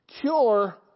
cure